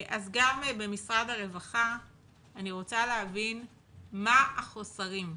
אז גם במשרד הרווחה אני רוצה להבין מה החוסרים.